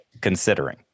considering